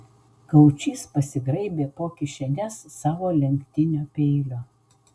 gaučys pasigraibė po kišenes savo lenktinio peilio